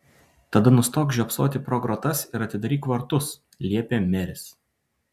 tada nustok žiopsoti pro grotas ir atidaryk vartus liepė meris